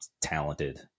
talented